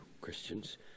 Christians